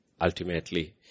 ultimately